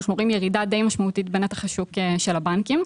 אנחנו רואים ירידה די משמעותית בנתח השוק של הבנקים,